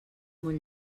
molt